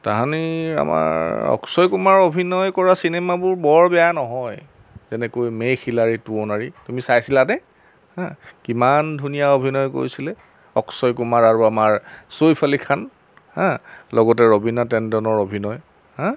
তাহানি আমাৰ অক্ষয় কুমাৰ অভিনয় কৰা চিনেমাবোৰ বৰ বেয়া নহয় যেনেকৈ মে খিলাৰী টু অনাৰী তুমি চাইছিলা দেই হা কিমান ধুনীয়া অভিনয় কৰিছিলে অক্ষয় কুমাৰ আৰু আমাৰ চৈইফ আলি খান হা লগতে ৰবীনা টেণ্ডনৰ অভিনয় হা